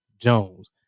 jones